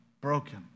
broken